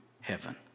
heaven